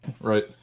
right